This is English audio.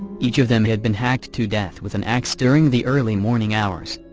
each of them had been hacked to death with an ax during the early morning hours.